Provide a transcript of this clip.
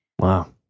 Wow